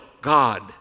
God